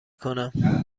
کنم